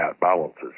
balances